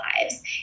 lives